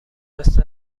مثل